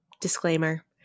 disclaimer